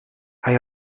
hij